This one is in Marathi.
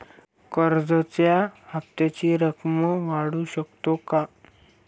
कर्जाच्या हप्त्याची रक्कम वाढवू शकतो का?